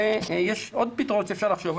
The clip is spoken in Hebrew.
ויש עוד פתרונות שאפשר לחשוב עליהם.